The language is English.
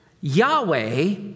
Yahweh